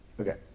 Okay